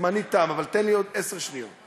זמני תם, אבל תן לי עוד עשר שניות: